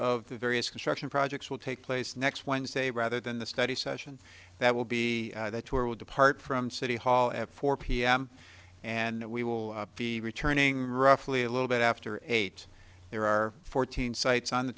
of the various construction projects will take place next wednesday rather than the study session that will be that will depart from city hall at four pm and we will be returning roughly a little bit after eight there are fourteen sites on the